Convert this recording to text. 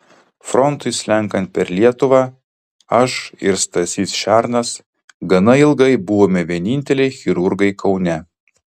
frontui slenkant per lietuvą aš ir stasys šernas gana ilgai buvome vieninteliai chirurgai kaune